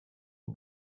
aux